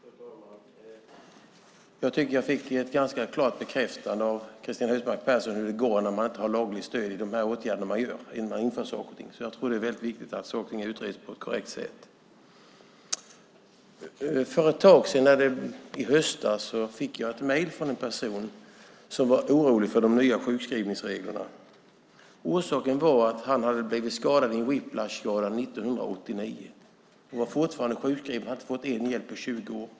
Fru talman! Jag tycker att jag fick ett ganska klart bekräftande av Cristina Husmark Pehrsson hur det går när man inte har lagligt stöd i de åtgärder man vidtar, innan man inför saker och ting, så jag tror att det är väldigt viktigt att saken är utredd på ett korrekt sätt. I höstas fick jag ett mejl från en person som var orolig för de nya sjukskrivningsreglerna. Orsaken var att han hade fått en whiplashskada 1989. Han var fortfarande sjukskriven och hade inte fått någon hjälp på 20 år.